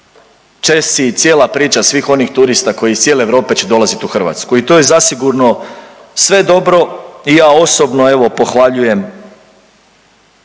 Česi i cijela priča, svih onih turista koji iz cijele Europe će dolaziti u Hrvatsku. I to je zasigurno sve dobro. I ja osobno evo pohvaljujem